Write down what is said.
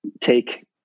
take